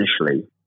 initially